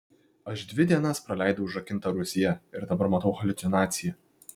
aš dvi dienas praleidau užrakinta rūsyje ir dabar matau haliucinaciją